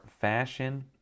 fashion